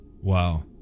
Wow